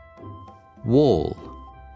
wall